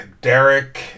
Derek